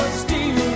steal